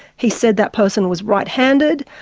he said that person was right-handed,